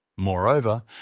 Moreover